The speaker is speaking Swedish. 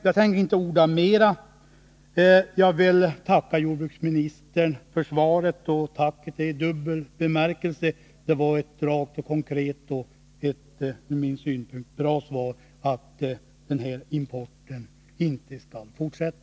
Jag tänker inte orda mera utan vill tacka jordbruksministern för svaret. Tacket är i dubbel bemärkelse — det var ett rakt och konkret och ur min synpunkt bra svar att den här importen inte skall fortsätta.